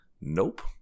Nope